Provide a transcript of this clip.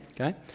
okay